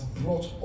brought